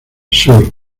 sur